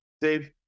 Dave